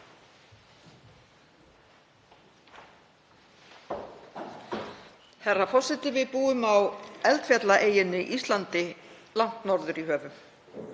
Herra forseti. Við búum á eldfjallaeyjunni Íslandi langt norður í höfum.